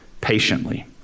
patiently